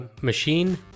machine